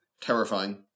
terrifying